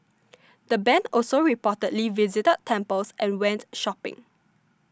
the band also reportedly visited temples and went shopping